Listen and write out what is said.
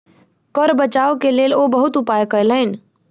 कर बचाव के लेल ओ बहुत उपाय कयलैन